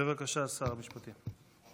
בבקשה, שר המשפטים.